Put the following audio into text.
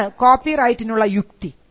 എന്താണ് കോപ്പിറൈറ്റിനുള്ള യുക്തി